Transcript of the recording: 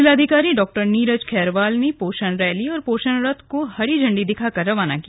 जिलाधिकारी डॉ नीरज खैरवाल ने पोषण रैली और पोषण रथ को हरी झंडी दिखाकर रवाना किया